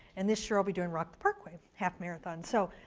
and this year, i'll be doing rock the parkway half-marathon. so